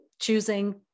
choosing